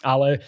Ale